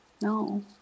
No